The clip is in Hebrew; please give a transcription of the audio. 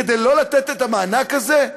כדי לא לתת את המענק הזה?